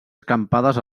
escampades